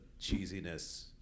cheesiness